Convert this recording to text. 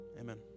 Amen